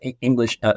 English